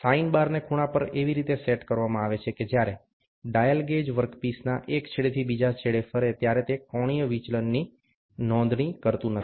sign બારને ખૂણા પર એવી રીતે સેટ કરવામાં આવે છે કે જ્યારે ડાયલ ગેજ વર્કપીસના એક છેડેથી બીજા છેડે ફરે છે ત્યારે તે કોઈ વિચલનની નોંધણી કરતું નથી